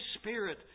Spirit